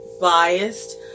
biased